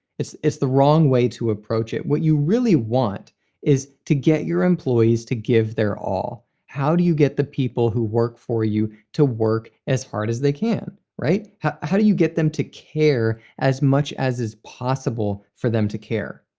it's it's the wrong way to approach it. what you really want is to get your employees to give their all. how do you get the people who work for you to work as hard as they can? how how do you get them to care as much as is possible for them to care?